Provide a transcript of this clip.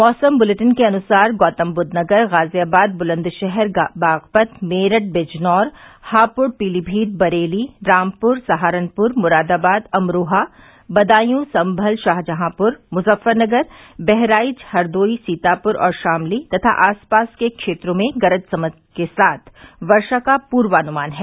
मौसम बुलेटिन के अनुसार गौतमबुद्धनगर गाजियाबाद बुलन्दशहर बागपत मेरठ बिजनौर हापुड़ पीलीमीत बरेली रामपुर सहारनपुर मुरादाबाद अमरोहा बदायू संभल शाहजहापुर मुजफ्फरनगर बहराइच हरदोई सीतापुर और शामली तथा आसपास के क्षेत्रो में गरज चमक के साथ वर्षा का पूर्वानुमान है